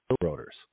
rotors